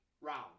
round